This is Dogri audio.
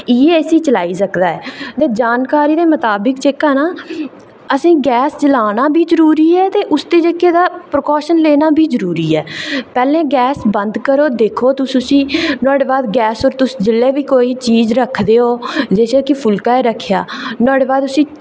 इ'यै इसगी चलाई सकदा ऐ जानकारी दे मताबक जेह्का ना ते असें गैस जलाना बी जरूरी ऐ ते उसदे जेह्के तां प्रकाऊशन लैना बी जरूरी ऐ पैह्लें गैस बंद करो दिक्खो उसी नुहाड़े बाद गैस पर तुस कोई बी चीज़ रक्खदे ओ जि'यां कि फुल्का गै रक्खेआ नुहाड़े बाद उसी